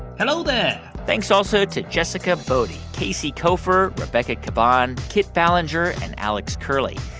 hello there thanks also to jessica boddy, casey koeffer, rebecca caban, kit ballenger and alex curley.